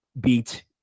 beat